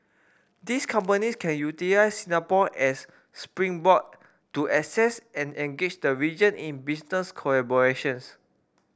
these companies can utilise Singapore as springboard to access and engage the region in business collaborations